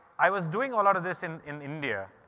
i was doing a lot of this in in india,